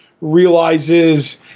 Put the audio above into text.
realizes